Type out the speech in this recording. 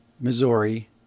Missouri